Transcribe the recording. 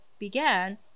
Began